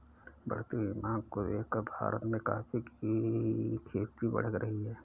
बढ़ती हुई मांग को देखकर भारत में कॉफी की खेती बढ़ रही है